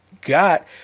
got